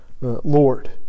Lord